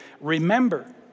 remember